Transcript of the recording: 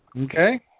okay